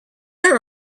are